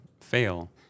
fail